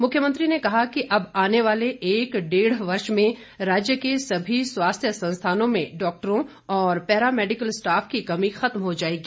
मुख्यमंत्री ने कहा कि अब आने वाले एक डेढ़ वर्ष में राज्य के सभी स्वास्थ्य संस्थानों में डॉक्टरों और पैरा मेडिकल स्टाफ की कमी खत्म हो जाएगी